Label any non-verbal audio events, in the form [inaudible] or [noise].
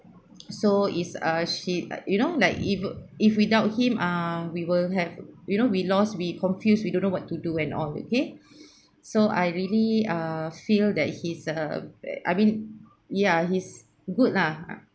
[noise] so is a she uh you know like if if without him ah we will have you know we lost we confused we don't know what to do and all okay [breath] so I really err feel that he's a b~ I mean ya he's good lah